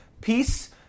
peace